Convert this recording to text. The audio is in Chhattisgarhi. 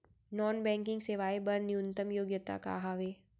नॉन बैंकिंग सेवाएं बर न्यूनतम योग्यता का हावे?